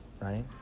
right